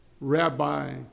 rabbi